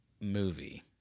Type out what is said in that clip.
movie